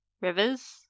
rivers